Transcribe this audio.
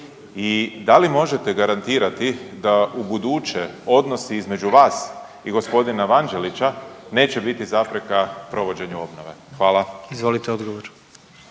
i da li možete garantirati da ubuduće odnosi između vas i g. Vanđelića neće biti zapreka provođenju obnove? Hvala. **Jandroković,